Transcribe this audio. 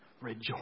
rejoice